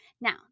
Now